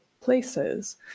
places